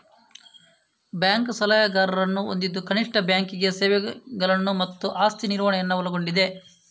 bank ಸಲಹೆಗಾರರನ್ನು ಹೊಂದಿದ್ದು ಕನಿಷ್ಠ ಬ್ಯಾಂಕಿಂಗ್ ಸೇವೆಗಳನ್ನು ಮತ್ತು ಆಸ್ತಿ ನಿರ್ವಹಣೆಯನ್ನು ಒಳಗೊಂಡಿದೆ